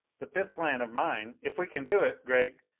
but this plan of mine, if we can do it, gregg,